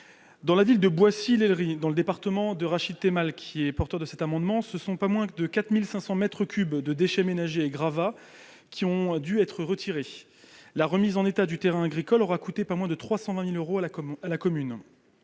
Boissy-l'Aillerie, ville située dans le département de Rachid Temal, qui est à l'origine de cet amendement, ce sont 4 500 mètres cubes de déchets ménagers et gravats qui ont dû être retirés. La remise en état du terrain agricole aura coûté pas moins de 320 000 euros à la commune.